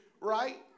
right